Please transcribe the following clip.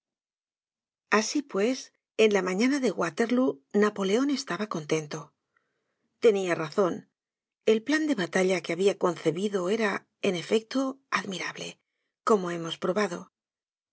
asi pues en la mañana de waterlóo napoleon estaba contento tenia razon el plan de batalla que habia concebido era en efecto admirable como hemos probado